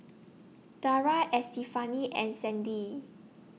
Daria Estefani and Sandy